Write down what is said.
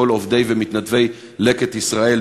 אני רוצה להודות לכל עובדי ומתנדבי "לקט ישראל",